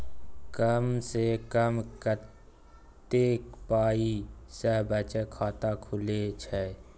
कम से कम कत्ते पाई सं बचत खाता खुले छै?